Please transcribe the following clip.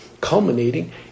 culminating